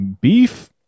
Beef